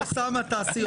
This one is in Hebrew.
הפוך.